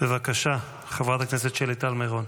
בבקשה, חברת הכנסת שלי טל מירון.